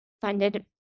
funded